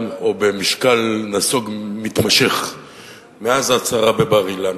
או במשגל נסוג מתמשך מאז ההצהרה בבר-אילן.